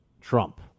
Trump